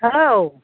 औ